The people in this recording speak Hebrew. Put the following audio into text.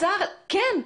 כן.